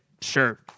sure